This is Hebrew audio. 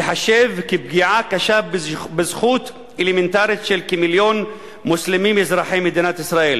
ייחשב כפגיעה קשה בזכות אלמנטרית של כמיליון מוסלמים אזרחי מדינת ישראל.